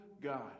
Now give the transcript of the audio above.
God